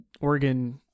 Oregon